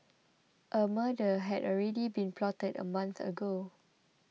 a murder had already been plotted a month ago